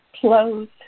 close